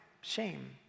shame